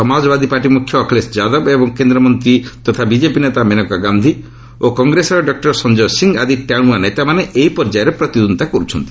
Samajwadi Party ମୁଖ୍ୟ ଅଖିଳେଶ ଯାଦବ ଏବଂ କେନ୍ଦ୍ରମନ୍ତ୍ରୀ ତଥା ବିକେପି ନେତା ମେନକା ଗାନ୍ଧି ଓ କଂଗ୍ରେସର ଡକୁର ସଞ୍ଜୟ ସିଂ ଆଦି ଟାଣୁଆ ନେତାମାନେ ଏହି ପର୍ଯ୍ୟାୟରେ ପ୍ରତିଦ୍ୱନ୍ଦିତା କରୁଛନ୍ତି